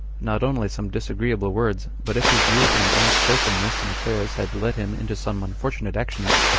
not only some disagreeable words, but if his youth and unskilfulness in affairs had led him into some unfortunate actions,